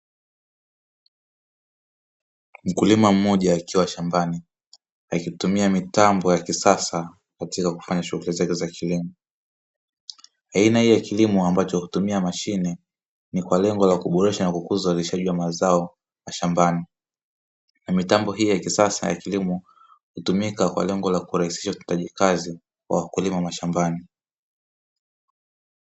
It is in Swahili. Mkulima mmoja akiwa shambani, akitumia mitambo ya kisasa katika kufanya shughuli zake za kilimo. Aina hii ya kilimo ambacho hutumia mashine ni kwa lengo la kuboresha na kukuza uzalishaji wa mazao mashambani, na mitambo hii ya kisasa ya kilimo hutumika kwa lengo la kurahisisha utendaji kazi wa wakulima mashambani.